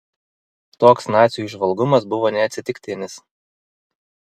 toks nacių įžvalgumas buvo neatsitiktinis